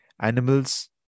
animals